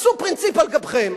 תעשו פרינציפ על גבכם.